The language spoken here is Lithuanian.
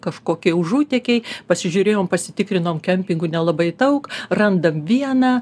kažkokie užutėkiai pasižiūrėjom pasitikrinom kempingų nelabai daug randam vieną